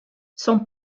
son